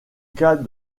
cas